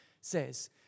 says